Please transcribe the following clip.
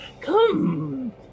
come